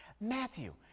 Matthew